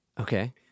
Okay